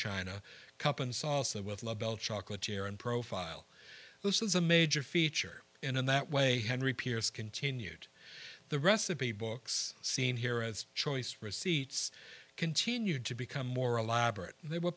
and saucer with labelle chocolates here and profile this is a major feature in that way henry pierce continued the recipe books seen here as choice receipts continued to become more elaborate they were